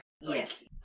Yes